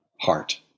heart